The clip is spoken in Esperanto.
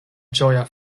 ĝoja